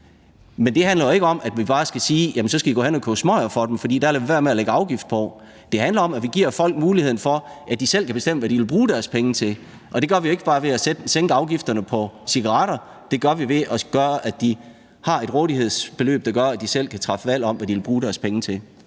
Men det handler jo ikke om, at vi skal sige, at de bare skal gå hen at købe smøger for dem, for dem lader vi være med at lægge afgift på. Det handler om, at vi giver folk muligheden for, at de selv kan bestemme, hvad de vil bruge deres penge til. Og det gør vi jo ikke bare ved at sænke afgifterne på cigaretter; det gør vi ved at sørge for, at de har et rådighedsbeløb, så de selv kan træffe et valg om, hvad de vil bruge deres penge til.